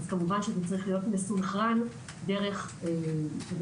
וכמובן שזה צריך להיות מסונכרן דרך משרד